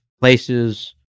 places